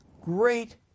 great